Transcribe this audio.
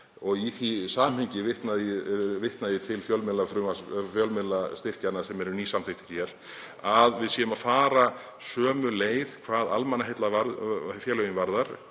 og í því samhengi vitna ég til fjölmiðlastyrkjanna sem eru nýsamþykktir hér, að við förum sömu leið hvað almannaheillafélögin varðar,